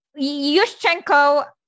Yushchenko